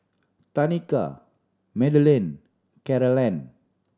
Tanika Madelene Carolann